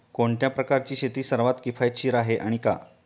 कोणत्या प्रकारची शेती सर्वात किफायतशीर आहे आणि का?